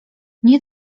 nie